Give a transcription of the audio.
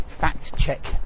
fact-check